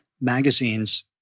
magazines